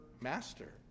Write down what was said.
master